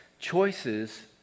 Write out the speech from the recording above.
Choices